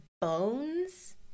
bones